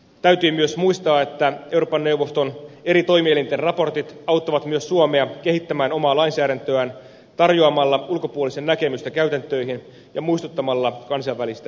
täytyy myös muistaa että euroopan neuvoston eri toimielinten raportit auttavat myös suomea kehittämään omaa lainsäädäntöään tarjoamalla ulkopuolisen näkemystä käytäntöihin ja muistuttamalla kansainvälisistä sitoumuksista